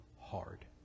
hard